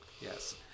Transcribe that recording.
Yes